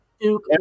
Duke